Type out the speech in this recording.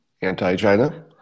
anti-China